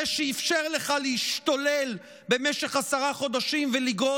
זה שאפשר לך להשתולל במשך עשרה חודשים ולגרור